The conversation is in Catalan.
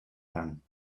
tant